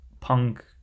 punk